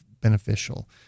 beneficial